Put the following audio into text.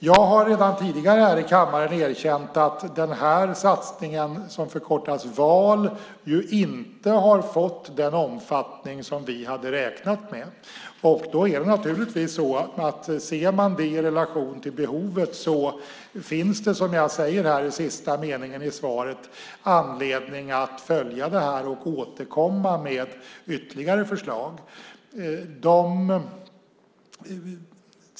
Jag har redan tidigare här i kammaren erkänt att satsningen VAL inte har fått den omfattning som vi hade räknat med. Ser man det i relation till behovet finns det som jag säger i sista meningen i svaret anledning att följa det här och återkomma med ytterligare förslag.